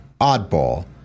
Oddball